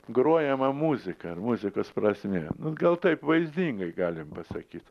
grojama muzika ar muzikos prasmė gal taip vaizdingai galim pasakyt